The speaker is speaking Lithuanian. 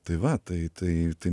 tai va tai tai tai